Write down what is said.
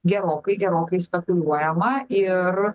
gerokai gerokai spekuliuojama ir